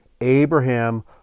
Abraham